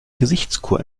gesichtskur